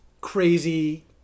crazy